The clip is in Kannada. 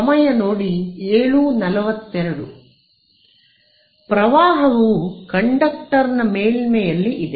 ಸಮಯ ನೋಡಿ 0742 ಪ್ರವಾಹವು ಕಂಡಕ್ಟರ್ನ ಮೇಲ್ಮೈಯಲ್ಲಿ ಇದ